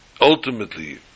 ultimately